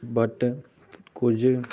but ਕੁਝ